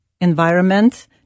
environment